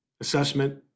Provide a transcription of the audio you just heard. assessment